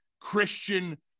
Christian